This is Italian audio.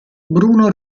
bruno